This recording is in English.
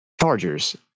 Chargers